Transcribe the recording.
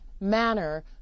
manner